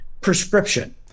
prescription